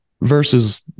versus